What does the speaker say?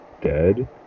dead